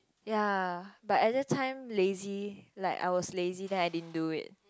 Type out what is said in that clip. ya but at that time lazy like I was lazy then I didn't do it